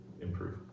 improve